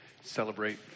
celebrate